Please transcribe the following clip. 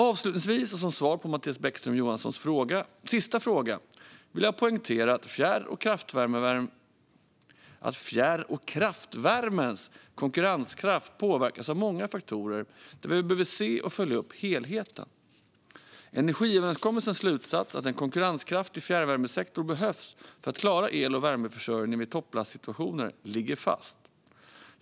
Avslutningsvis och som svar på Mattias Bäckström Johanssons sista fråga vill jag poängtera att fjärr och kraftvärmens konkurrenskraft påverkas av många faktorer där vi behöver se och följa upp helheten. Energiöverenskommelsens slutsats att en konkurrenskraftig fjärrvärmesektor behövs för att klara el och värmeförsörjningen vid topplastsituationer ligger fast.